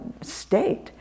state